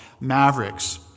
Maverick's